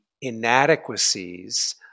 inadequacies